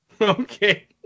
Okay